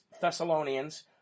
Thessalonians